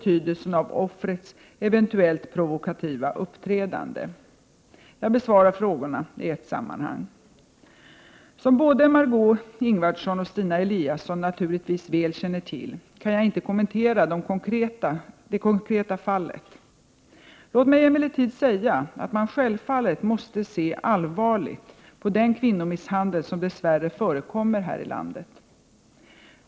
Jag besvarar frågorna i ett sammanhang. Som både Marg6ö Ingvardsson och Stina Eliasson naturligtvis väl känner till, kan jag inte kommentera det konkreta fallet. Låt mig emellertid säga att man självfallet måste se allvarligt på den kvinnomisshandel som dess värre förekommer här i landet.